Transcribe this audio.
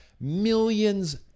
millions